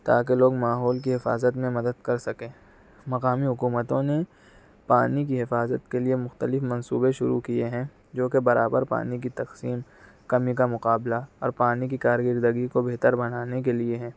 تاکہ لوگ ماحول کی حفاظت میں مدد کر سکیں مقامی حکومتوں نے پانی کی حفاظت کے لیے مختلف منصوبے شروع کیے ہیں جوکہ برابر پانی کی تقسیم کمی کا مقابلہ اور پانی کی کارکردگی کو بہتر بنانے کے لیے ہیں